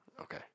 Okay